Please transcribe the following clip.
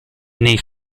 nei